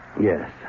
Yes